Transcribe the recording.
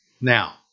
now